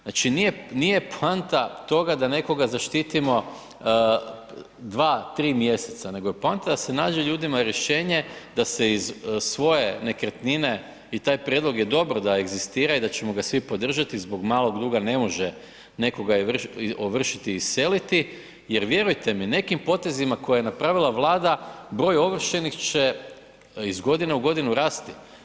Znači nije poanta toga da nekoga zaštitimo 2-3 mjeseca, nego je poanta da se nađe ljudima rješenje da se iz svoje nekretnine i taj prijedlog je dobro da egzistira i da ćemo ga svi podržati zbog malog duga ne može nekoga ovršiti i iseliti jer vjerujte mi nekim potezima koje je napravila Vlada broj ovršenih će iz godine u godinu rasti.